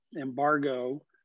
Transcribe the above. embargo